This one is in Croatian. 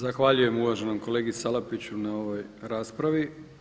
Zahvaljujem uvaženom kolegi Salapiću na ovoj raspravi.